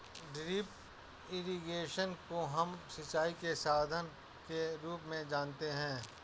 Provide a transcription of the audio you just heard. drip irrigation को हम सिंचाई के साधन के रूप में जानते है